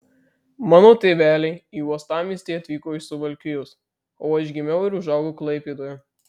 mano tėveliai į uostamiestį atvyko iš suvalkijos o aš gimiau ir užaugau klaipėdoje